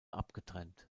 abgetrennt